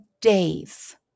days